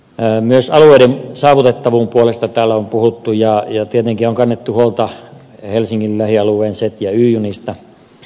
myös alueiden saavutettavuuden puolesta täällä on puhuttu ja tietenkin on kannettu huolta helsingin lähialueen z ja y junista